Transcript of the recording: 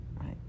right